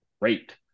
great